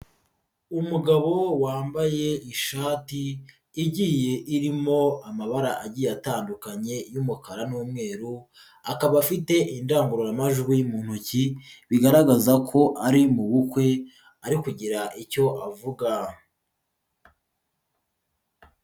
Umugabo wambaye ishati, igiye irimo amabara agiye atandukanye y'umukara n'umweru, akaba afite indangururamajwi mu ntoki, bigaragaza ko ari mu bukwe, ari kugira icyo avuga.